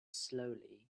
slowly